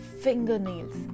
fingernails